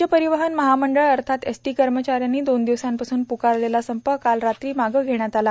राज्य परिवहन महामंडळ अर्थात एसटी कर्मचाऱ्यांनी दोन दिवसांपासून प्रकारलेला संप काल रात्री मागं घेण्यात आला